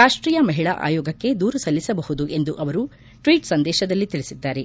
ರಾಷ್ಟೀಯ ಮಹಿಳಾ ಆಯೋಗಕ್ಕೆ ದೂರು ಸಲ್ಲಿಸಬಹುದು ಎಂದು ಅವರು ಟ್ವೀಟ್ ಸಂದೇಶದಲ್ಲಿ ತಿಳಿಸಿದ್ದಾರೆ